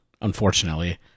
unfortunately